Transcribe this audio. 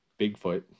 Bigfoot